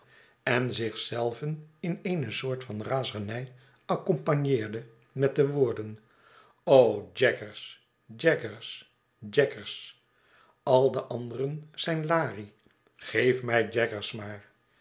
en zich zelven in eene soort van razernij accompagneerde met de woorden jaggers jaggers jaggers al de anderen zijn larie geef mij jaggers maarl